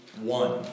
one